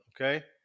okay